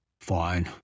Fine